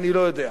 אני לא יודע.